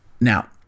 Now